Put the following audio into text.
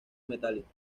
metálicos